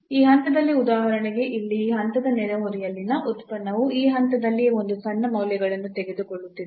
ಈ ಹಂತದಲ್ಲಿ ಉದಾಹರಣೆಗೆ ಇಲ್ಲಿ ಈ ಹಂತದ ನೆರೆಹೊರೆಯಲ್ಲಿನ ಉತ್ಪನ್ನವು ಆ ಹಂತದಲ್ಲಿಯೇ ಒಂದು ಸಣ್ಣ ಮೌಲ್ಯಗಳನ್ನು ತೆಗೆದುಕೊಳ್ಳುತ್ತಿದೆ